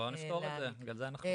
בואו נפתור את זה, בגלל זה אנחנו פה.